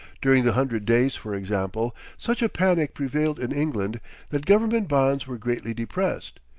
during the hundred days, for example, such a panic prevailed in england that government bonds were greatly depressed.